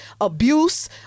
abuse